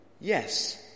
yes